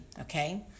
okay